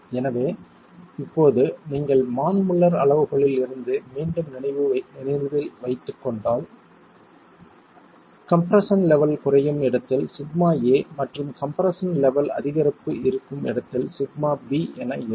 எனவே இப்போது நீங்கள் மான் முல்லர் அளவுகோலில் இருந்து மீண்டும் நினைவில் வைத்துக் கொண்டால் கம்ப்ரெஸ்ஸன் லெவல் குறையும் இடத்தில் σa மற்றும் கம்ப்ரெஸ்ஸன் லெவல் அதிகரிப்பு இருக்கும் இடத்தில் σb என இருக்கும்